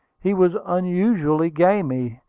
he was unusually gamy,